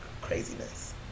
craziness